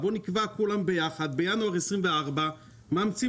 בואו נקבע כולנו ביחד שבינואר 2024 מאמצים